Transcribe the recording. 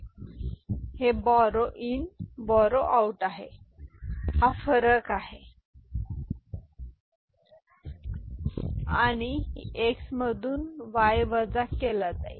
तर हे borrow in आहे हे बोरो आऊट आहे हा फरक आहे आणि ही x मधून वाय वजा केला जाईल